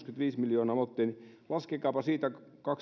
kuusikymmentäviisi miljoonaa mottia niin laskekaapa siitä